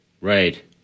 Right